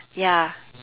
ya